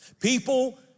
People